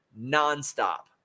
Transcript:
nonstop